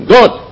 Good